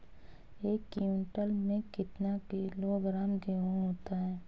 एक क्विंटल में कितना किलोग्राम गेहूँ होता है?